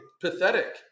pathetic